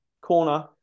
corner